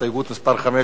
הסתייגות מס' 5,